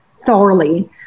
thoroughly